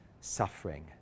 suffering